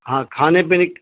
ہاں کھانے پینے